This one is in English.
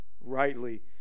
rightly